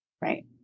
Right